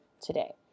today